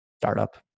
startup